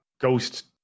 ghost